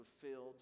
fulfilled